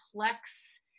complex